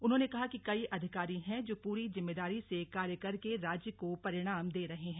उन्होंने कहा कि कई अधिकारी हैं जो पूरी जिम्मेदारी से कार्य करके राज्य को परिणाम दे रहे हैं